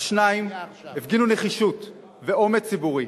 השניים הפגינו נחישות ואומץ ציבורי